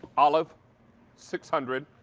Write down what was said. all of six hundred.